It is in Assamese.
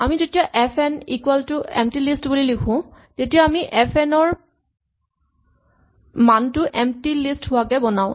আমি যেতিয়া F N equal to empty list বুলি লিখো তেতিয়া আমি এফ এন ৰ মানটো এম্পটী লিষ্ট হোৱাকে বনাও